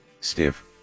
stiff